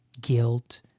guilt